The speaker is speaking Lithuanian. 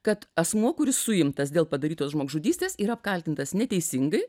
kad asmuo kuris suimtas dėl padarytos žmogžudystės yra apkaltintas neteisingai